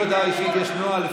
לגבי הודעה אישית יש נוהל.